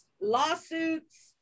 lawsuits